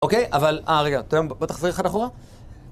אוקיי? אבל... אה, רגע... בוא תחזיר אחד אחורה.